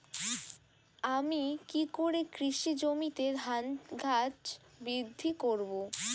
আমি কী করে কৃষি জমিতে ধান গাছ বৃদ্ধি করব?